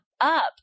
up